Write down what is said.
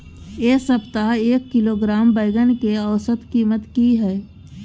ऐ सप्ताह एक किलोग्राम बैंगन के औसत कीमत कि हय?